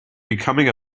becoming